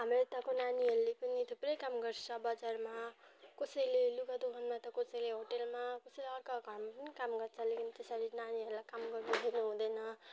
हाम्रो यताको नानीहरूले पनि थुप्रै काम गर्छ बजारमा कसैले लुगा दोकानमा कसैले होटेलमा कसैले अर्काको घरमा पनि काम गर्छ लेकिन त्यसरी नानीहरूलाई काम गर्न दिनु हुँदैन